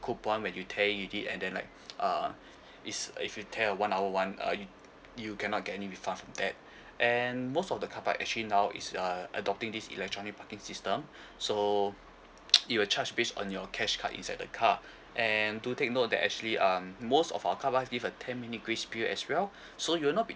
coupon when you tear it you did and then like uh it's uh if you tear a one hour one uh you you cannot get any refund for that and most of the car park actually now is uh adopting this electronic parking system so it will charge based on your cash card inside the car and to take note that actually um most of our car park is given ten minute grace period as well so you will not be